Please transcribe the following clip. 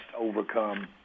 overcome